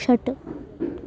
षट्